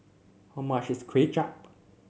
how much is Kuay Chap